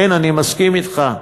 כן, אני מסכים אתך,